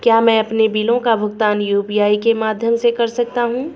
क्या मैं अपने बिलों का भुगतान यू.पी.आई के माध्यम से कर सकता हूँ?